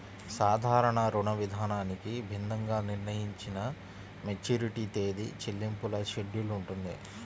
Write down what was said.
సాధారణ రుణవిధానానికి భిన్నంగా నిర్ణయించిన మెచ్యూరిటీ తేదీ, చెల్లింపుల షెడ్యూల్ ఉంటుంది